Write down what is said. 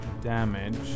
damage